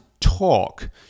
talk